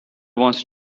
wants